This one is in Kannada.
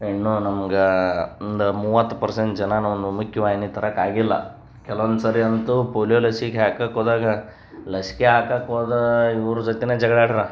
ಇನ್ನೂ ನಮ್ಗೆ ಒಂದು ಮೂವತ್ತು ಪರ್ಸೆಂಟ್ ಜನಾನ ಒಂದು ಮುಖ್ಯ ವಾಹಿನಿಗೆ ತರಕ್ಕೆ ಆಗಿಲ್ಲ ಕೆಲ್ವೊಂದು ಸಾರಿ ಅಂತೂ ಪೋಲಿಯೊ ಲಸಿಕೆ ಹಾಕಕ್ಕೆ ಹೋದಾಗ ಲಸಿಕೆ ಹಾಕಕ್ಕೆ ಹೋದ ಇವ್ರ ಜೊತೆಯೇ ಜಗಳ ಆಡ್ರ